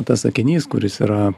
tas sakinys kuris yra